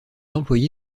employé